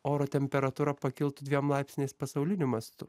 oro temperatūra pakiltų dviem laipsniais pasauliniu mastu